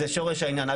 זה שורש העניין.